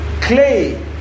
clay